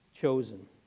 chosen